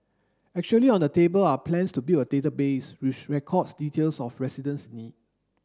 actually on the table are plans to build a database which records details of residents need